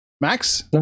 max